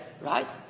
Right